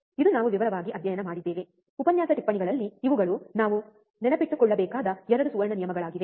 ಇದು ನಾವು ವಿವರವಾಗಿ ಅಧ್ಯಯನ ಮಾಡಿದ್ದೇವೆ ಉಪನ್ಯಾಸ ಟಿಪ್ಪಣಿಗಳಲ್ಲಿ ಇವುಗಳು ನಾವು ನೆನಪಿಟ್ಟುಕೊಳ್ಳಬೇಕಾದ 2 ಸುವರ್ಣ ನಿಯಮಗಳಾಗಿವೆ